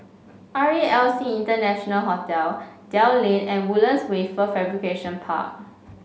R E L C International Hotel Dell Lane and Woodlands Wafer Fabrication Park